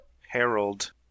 Harold